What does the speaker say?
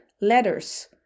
letters